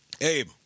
Abe